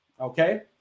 okay